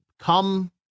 come